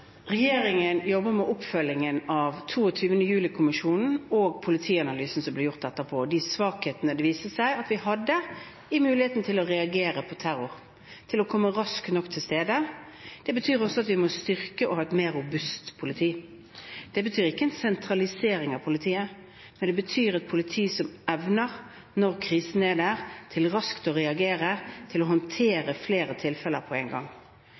Regjeringen jobber med oppfølgingen av rapporten fra 22. juli-kommisjonen og Politianalysen, som ble gjort etterpå. De viste de svakhetene som vi hadde når det gjelder muligheten til å reagere på terror, til å komme raskt nok til stedet. Det betyr også at vi må styrke politiet og ha et mer robust politi. Det betyr ikke en sentralisering av politiet, men det betyr et politi som evner, når krisen er der, å reagere raskt og håndtere flere tilfeller på en gang.